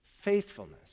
faithfulness